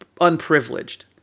unprivileged